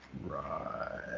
Right